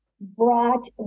brought